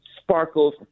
sparkles